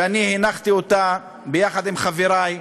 שהנחתי יחד עם חברי,